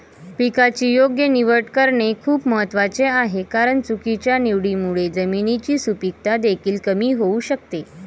पिकाची योग्य निवड करणे खूप महत्वाचे आहे कारण चुकीच्या निवडीमुळे जमिनीची सुपीकता देखील कमी होऊ शकते